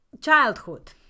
childhood